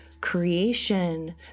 creation